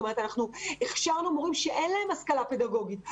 אנחנו הכשרנו מורים שאין להם הכשרה פדגוגית,